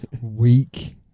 weak